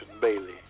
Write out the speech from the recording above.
Bailey